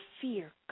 fear